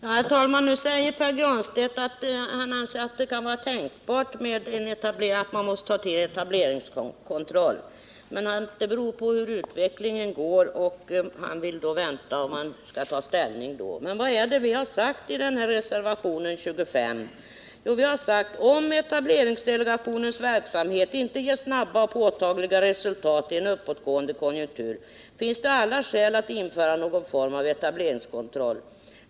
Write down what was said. Herr talman! Nu säger Pär Granstedt att han anser att det kan vara tänkbart att man måste ta till etableringskontroll. Men det beror på hur utvecklingen går, och han vill vänta med att ta ställning. Vad vi har sagt i reservationen 25 är följande: ”Om etableringsdelegationens verksamhet inte ger snabba och påtagliga resultat i en uppåtgående konjunktur finns det alla skäl att införa någon form av etableringskontroll.